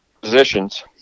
positions